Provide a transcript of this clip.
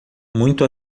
muito